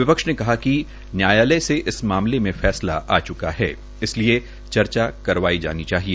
विपक्ष ने कहा कि न्यायालय से इस मामले में फैसला आ च्का है इसलिए चर्चा करवाई जानी चाहिए